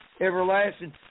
everlasting